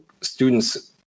students